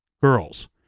girls